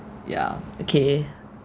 yeah okay